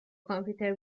کامپیوتر